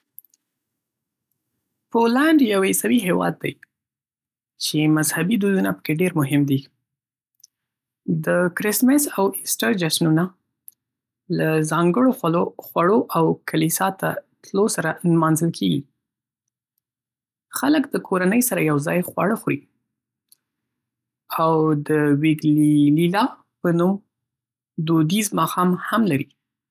پولنډ یو عیسوي هیواد دی چې مذهبي دودونه پکې ډېر مهم دي. د کرسمس او ایسټر جشنونه له ځانګړو خوړو او کلیسا ته تلو سره نمانځل کېږي. خلک د کورنۍ سره یو ځای خواړه خوري، او د "ویګیلیا" په نوم دودیز ماښام هم لري.